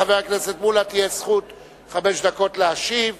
לחבר הכנסת מולה תהיה זכות חמש דקות להשיב,